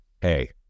hey